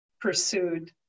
pursued